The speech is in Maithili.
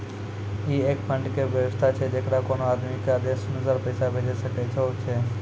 ई एक फंड के वयवस्था छै जैकरा कोनो आदमी के आदेशानुसार पैसा भेजै सकै छौ छै?